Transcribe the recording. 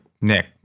Nick